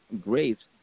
graves